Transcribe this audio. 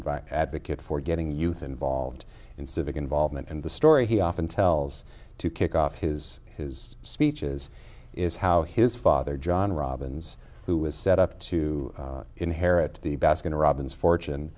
invite advocate for getting youth involved in civic involvement in the story he often tells to kick off his his speeches is how his father john robins who was set up to inherit the baskin robbins fortune